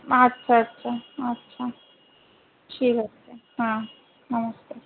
আচ্ছা আচ্ছা আচ্ছা ঠিক আছে হ্যাঁ নমস্কার